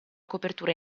copertura